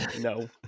No